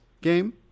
game